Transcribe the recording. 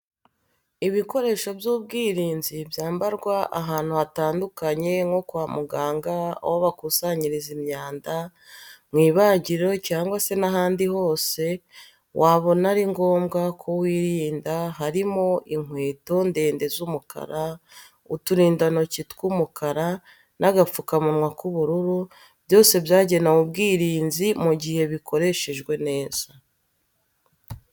Ibikoresho by'ubwirinzi byambarwa ahantu hatandukanye nko kwa muganga, aho bakusanyiriza imyanda, mu ibagiro, cyangwa se n'ahandi hose wabona ari ngombwa ko wirinda harimo inkweto ndende z'umukara, uturindantoki tw'umukara n'agapfukamunwa k'ubururu, byose byagenewe ubwirinzi mu gihe bikoreshejwe neza.